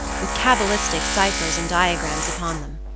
with cabalistic ciphers and diagrams upon them.